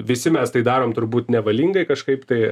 visi mes tai darom turbūt nevalingai kažkaip tai